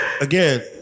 again